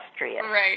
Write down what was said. Right